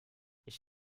ich